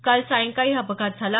काल सायंकाळी हा अपघात झाला